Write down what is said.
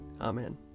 Amen